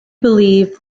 believe